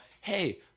hey